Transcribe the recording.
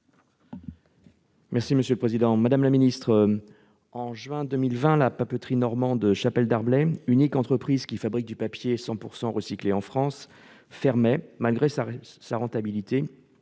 et de la relance. Madame la ministre, en juin 2020, la papeterie normande Chapelle Darblay, unique entreprise à fabriquer du papier 100 % recyclé en France, fermait, malgré sa rentabilité,